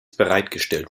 bereitgestellt